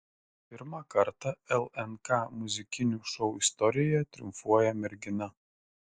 pirmą kartą lnk muzikinių šou istorijoje triumfuoja mergina